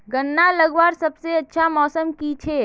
गन्ना लगवार सबसे अच्छा मौसम की छे?